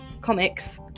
comics